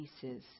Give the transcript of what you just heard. pieces